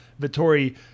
Vittori